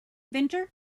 venture